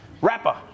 rapper